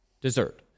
dessert